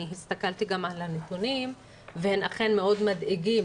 אני הסתכלתי גם על הנתונים והם אכן מאוד מדאיגים,